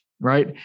right